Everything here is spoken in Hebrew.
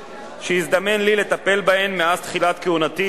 שהזדמן לי לטפל בהן מאז תחילת כהונתי